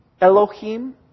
Elohim